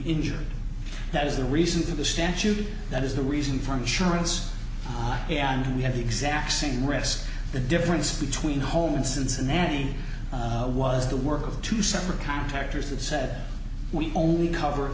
injured that is the reason to the statute that is the reason for insurance and we had the exact same risk the difference between home and cincinnati was the work of two separate contractors that said we only cover